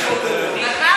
וגם.